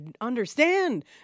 understand